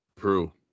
True